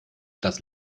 das